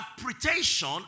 interpretation